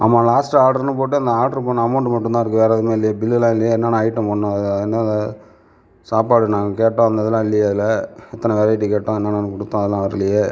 ஆமாம் லாஸ்ட் ஆடர்ன்னு போட்டு அந்த ஆடரு பண்ண அமௌண்ட்டு மட்டும் தான் இருக்குது வேற எதுவுமே இல்லையே பில்லுலாம் இல்லையே என்னான்ன ஐட்டம் பண்ணோம் எந்தெந்த சாப்பாடு நாங்கள் கேட்டோம் அந்த இதுவெலாம் இல்லையே அதில் இத்தனை வெரைட்டி கேட்டோம் என்னென்ன கொடுத்தோம் அதலாம் வரலையே